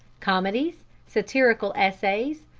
comedies, satirical essays,